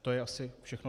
To je asi všechno.